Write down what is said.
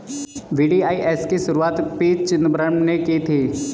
VDIS की शुरुआत P Chidambaram ने की थी